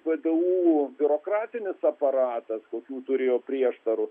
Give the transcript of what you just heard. vė dė ū biurokratinis aparatas kokių turėjo prieštarų